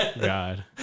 God